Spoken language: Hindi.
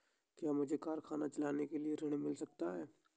क्या मुझे कारखाना चलाने के लिए ऋण मिल सकता है?